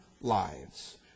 lives